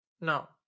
No